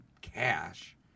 cash